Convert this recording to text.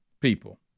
people